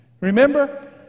Remember